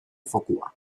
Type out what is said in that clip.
fokua